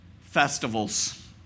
festivals